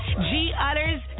G-Utters